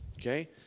okay